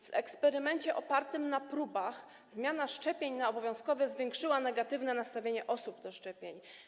W eksperymencie opartym na próbach zmiana szczepień na obowiązkowe zwiększyła negatywne nastawienie osób do szczepień.